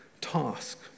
task